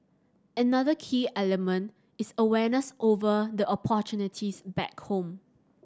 another key element is awareness over the opportunities back home